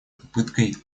попыткой